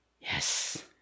Yes